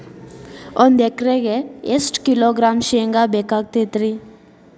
ಒಂದು ಎಕರೆಗೆ ಎಷ್ಟು ಕಿಲೋಗ್ರಾಂ ಶೇಂಗಾ ಬೇಕಾಗತೈತ್ರಿ?